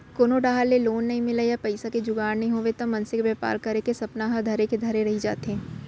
कोनो डाहर ले लोन नइ मिलय या पइसा के जुगाड़ नइ होवय त मनसे के बेपार करे के सपना ह धरे के धरे रही जाथे